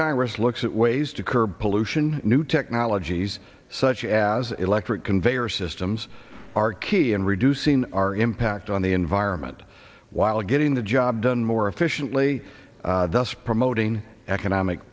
congress looks at ways to curb pollution new technologies such as electric conveyor systems are key and reducing our impact on the environment while getting the job done more efficiently thus promoting economic